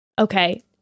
okay